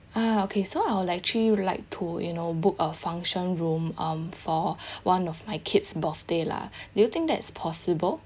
ah okay so I would actually like to you know book a function room um for one of my kid's birthday lah do you think that is possible